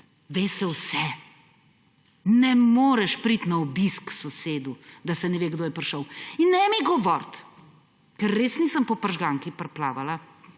ve se vse. Ne moreš priti na obisk k sosedu, da se ne ve, kdo je prišel. Ne mi govoriti, ker res nisem po prežganki priplavala,